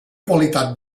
qualitat